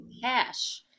cash